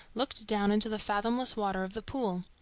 looked down into the fathomless water of the pool.